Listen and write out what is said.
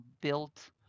built